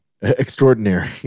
extraordinary